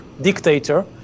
dictator